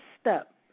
step